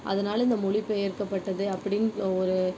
அதனால் இந்த மொழிபெயர்க்கப்பட்டது அப்படின்னு ஒரு